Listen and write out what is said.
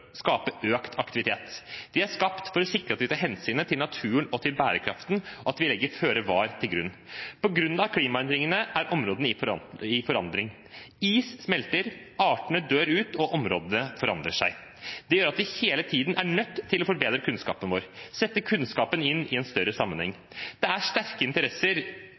skape økt aktivitet. De er skapt for å sikre at vi tar hensyn til naturen og til bærekraften, og at vi legger føre-var-prinsippet til grunn. På grunn av klimaendringene er områdene i forandring. Is smelter, artene dør ut, og områdene forandrer seg. Det gjør at vi hele tiden er nødt til å forbedre kunnskapen vår, sette kunnskapen inn i en større sammenheng. Det er sterke interesser